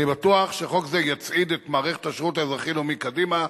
אני בטוח שחוק זה יצעיד את מערכת השירות האזרחי-לאומי קדימה,